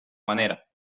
manera